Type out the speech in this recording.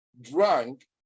drank